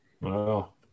wow